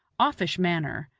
offish manner,